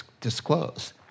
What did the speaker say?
disclose